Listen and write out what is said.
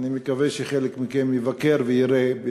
אני מקווה שחלק מכם יבקר בסמטאות ויראה,